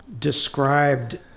Described